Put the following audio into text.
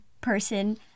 person